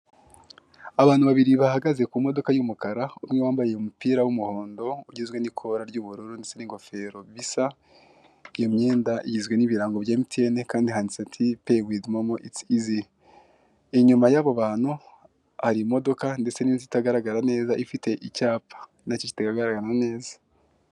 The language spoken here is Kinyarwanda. Abantu babiri bahagaze ku modoka y'umukara, umwe wambaye umupira w'umuhondo ugizwe n'ikora ry'ubururu ndetse n'ingofero bisa, iyo myenda igizwe n'ibirango bya MTN kandi handitse ati: "Pay with momo it's easy". Inyuma y'abo bantu hari imodoka ndetse n'inzu itagaragara neza ndetse ifite icyapa na cyo kitagaragara neza